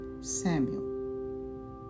Samuel